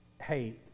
hey